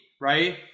right